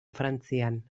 frantzian